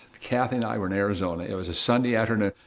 kathy and i were in arizona, it was a sunday afternoon.